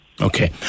Okay